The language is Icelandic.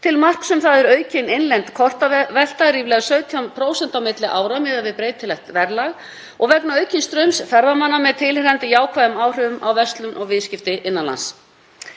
Til marks um það er aukin innlend kortavelta, ríflega 17% á milli ára miðað við breytilegt verðlag, og aukinn straumur ferðamanna með tilheyrandi jákvæðum áhrifum á verslun og viðskipti innan lands.